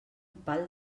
pal